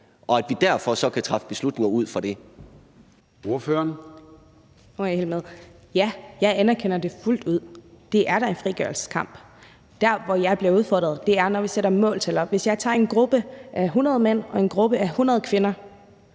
Ordføreren. Kl. 16:37 Sólbjørg Jakobsen (LA): Ja, jeg anerkender det fuldt ud: Det er da en frigørelseskamp. Der, hvor jeg bliver udfordret, er, når vi sætter måltal op. Hvis jeg tager en gruppe på 100 mænd og en gruppe på 100 kvinder,